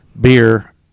beer